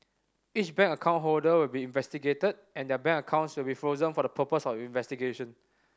each bank account holder will be investigated and their bank accounts will be frozen for the purpose of investigation